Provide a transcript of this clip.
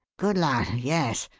good lud, yes!